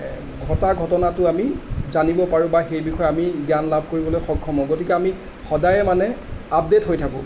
ঘটা ঘটনাটো আমি জানিব পাৰোঁ বা সেই বিষয়ে আমি জ্ঞান লাভ কৰিবলৈ সক্ষম হওঁ গতিকে আমি সদায় মানে আপডেট হৈ থাকোঁ